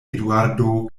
eduardo